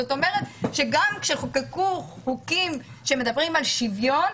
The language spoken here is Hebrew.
זאת אומרת שגם כשחוקקו חוקים של שוויון,